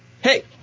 Hey